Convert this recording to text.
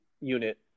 unit